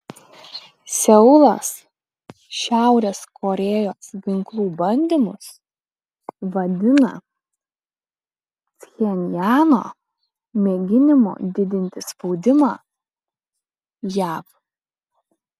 seulas šiaurės korėjos ginklų bandymus vadina pchenjano mėginimu didinti spaudimą jav